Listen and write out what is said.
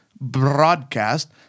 broadcast